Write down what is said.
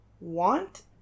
want